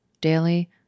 daily